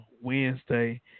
Wednesday